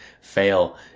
fail